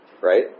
right